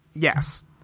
Yes